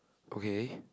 okay